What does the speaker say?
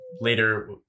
later